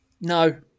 No